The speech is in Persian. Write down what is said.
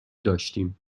داشتیم